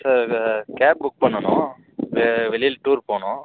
sir cab book பண்ணணும் வெளியில் tour போகணும்